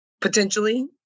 potentially